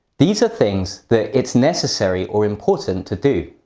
these are things that it necessary or important to do.